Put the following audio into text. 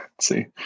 see